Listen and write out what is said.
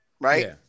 right